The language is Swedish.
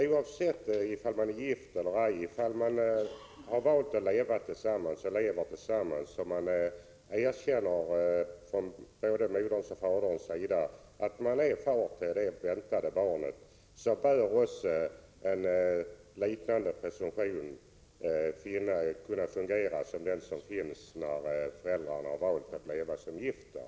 Oavsett om man är gift eller ej, om man valt att leva tillsammans och både modern och fadern erkänner vem som är far till det väntade barnet, bör en liknande presumtion kunna fungera som när föräldrarna valt att leva som gifta.